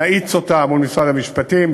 נאיץ זאת מול משרד המשפטים,